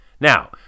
Now